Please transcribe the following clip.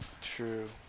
True